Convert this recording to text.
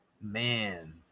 man